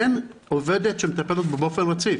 אין עובדת שמטפלת בו באופן רציף.